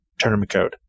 TournamentCode